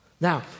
Now